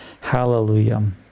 Hallelujah